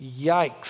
Yikes